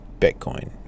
bitcoin